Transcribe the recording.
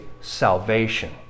salvation